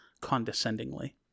condescendingly